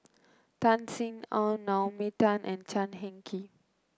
Tan Sin Aun Naomi Tan and Chan Heng Chee